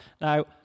Now